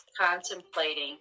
contemplating